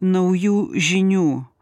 naujų žinių